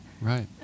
right